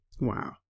Wow